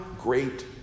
great